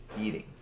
eating